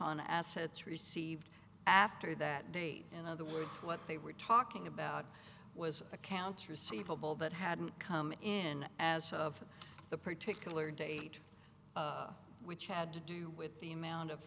on assets received after that date in other words what they were talking about was accounts receivable that hadn't come in as of the particular date which had to do with the amount of